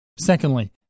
Secondly